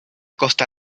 costa